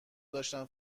داشتم